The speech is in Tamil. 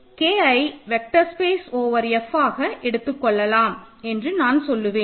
Kஐ வெக்டர் ஸ்பேஸ் ஓவர் F ஆக எடுத்துக் கொள்ளலாம் என்று நான் சொல்லுவேன்